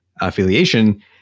affiliation